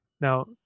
Now